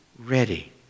ready